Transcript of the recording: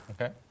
Okay